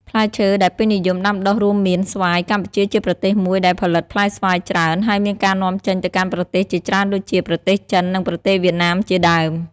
ផ្លែឈើដែលពេញនិយមដាំដុះរួមមានស្វាយ កម្ពុជាជាប្រទេសមួយដែលផលិតផ្លែស្វាយច្រើន ហើយមានការនាំចេញទៅកាន់ប្រទេសជាច្រើនដូចជា ប្រទេសចិន និងប្រទេសវៀតណាមជាដើម។